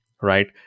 right